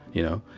you know.